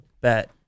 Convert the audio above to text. bet